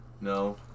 No